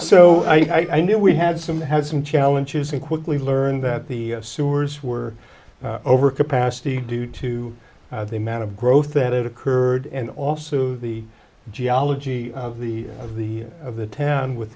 so i knew we had some had some challenges and quickly learned that the sewers were over capacity due to the amount of growth that had occurred and also the geology of the of the of the town with